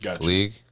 league